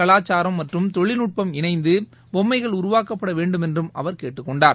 கலாச்சாரம் மற்றும் தொழில்நுட்பம் இணைந்தபொம்மைகள் உருவாக்கப்படவேன்டுமென்றும் அவர் கேட்டுக் கொண்டார்